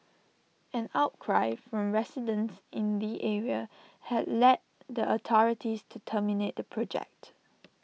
an outcry from residents in the area had led the authorities to terminate the project